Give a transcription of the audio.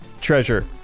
treasure